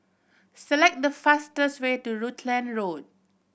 select the fastest way to Rutland Road